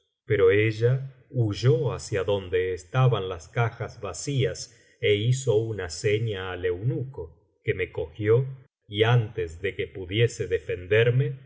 pero ella huyó hacia donde estaban las cajas vacías é hizo una seña al eunuco que me cogió y antes de que pudiese defenderme